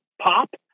pop